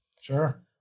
Sure